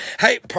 Hey